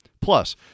Plus